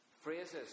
phrases